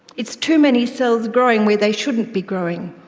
it's too many cells growing where they shouldn't be growing.